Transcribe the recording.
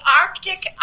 Arctic